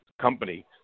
company